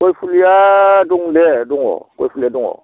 गय फुलिया दं दे दङ गय फुलिया दङ